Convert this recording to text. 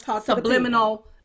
subliminal